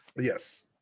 Yes